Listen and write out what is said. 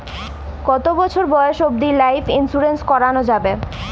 কতো বছর বয়স অব্দি লাইফ ইন্সুরেন্স করানো যাবে?